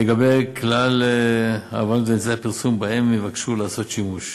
לגבי כלל הבמות ואמצעי הפרסום שבהם הם יבקשו לעשות שימוש.